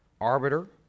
arbiter